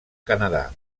canadà